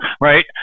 right